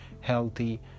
healthy